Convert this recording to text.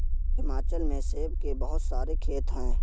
हिमाचल में सेब के बहुत सारे खेत हैं